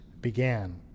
began